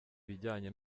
ibijyanye